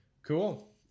Cool